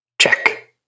Check